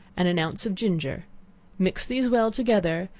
and an ounce of ginger mix these well together,